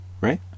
right